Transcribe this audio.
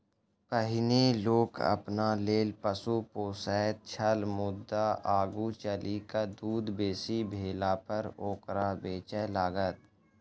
पहिनै लोक अपना लेल पशु पोसैत छल मुदा आगू चलि क दूध बेसी भेलापर ओकरा बेचय लागल